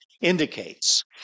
indicates